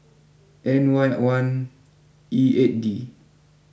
N Y one E eight D